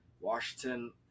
Washington –